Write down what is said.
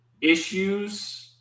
issues –